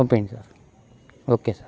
పంపియండి sir okay sir